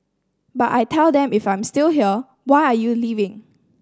but I tell them if I'm still here why are you leaving